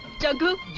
jaggu,